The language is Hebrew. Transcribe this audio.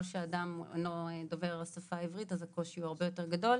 שאדם אינו דובר השפה העברית הקושי יותר גדול.